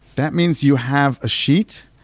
that means you have a sheet,